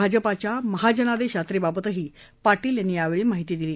भाजपाच्या महाजनादेश यात्रेबाबतही पाटील यांनी यावेळी माहिती दिली